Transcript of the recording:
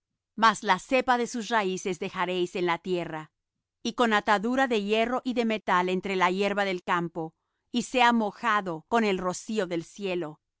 mas la cepa de sus raíces dejaréis en la tierra y con atadura de hierro y de metal entre la hierba del campo y sea mojado con el rocío del cielo